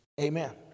Amen